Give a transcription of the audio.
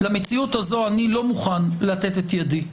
למציאות הזאת אני לא מוכן לתת את ידי.